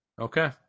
Okay